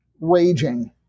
raging